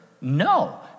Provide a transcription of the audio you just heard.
No